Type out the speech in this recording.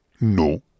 No